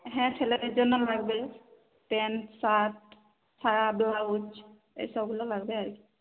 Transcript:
হ্যাঁ ছেলেদের জন্য লাগবে প্যান্ট শার্ট সায়া ব্লাউজ এসবগুলো লাগবে আর কি